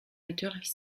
natürlich